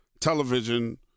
television